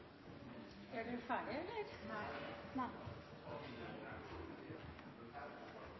egen